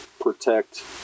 protect